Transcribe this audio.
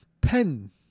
Pen